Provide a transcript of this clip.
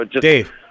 Dave